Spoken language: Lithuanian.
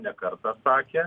ne kartą sakė